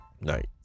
Night